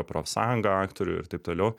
profsąjunga aktorių ir taip toliau